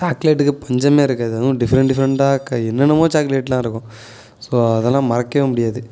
சாக்லேட்டுக்கு பஞ்சமே இருக்காது அதுவும் டிஃப்ரெண்ட் டிஃப்ரெண்டாக என்னென்னமோ சாக்லேட்லாகருக்கும் ஸோ அதெல்லாம் மறக்கவே முடியாது